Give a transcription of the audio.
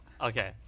Okay